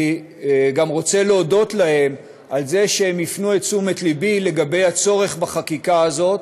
אני גם רוצה להודות להם על זה שהם הפנו את תשומת לבי לצורך בחקיקה הזאת.